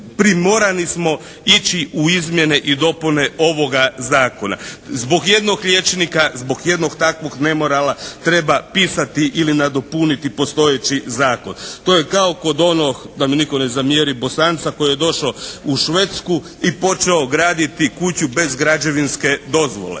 primorani smo ići u izmjene i dopune ovoga Zakona, zbog jednog liječnika, zbog jednog takvog nemorala treba pisati ili nadopuniti postojeći zakon. To je kao kod onog, da mi nitko ne zamjeri, Bosanca koji je došao u Švedsku i počeo graditi kuću bez građevinske dozvole